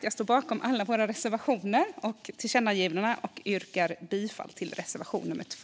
Jag står bakom alla våra reservationer och tillkännagivandena och yrkar bifall till reservation nummer 2.